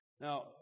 Now